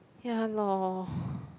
ya loh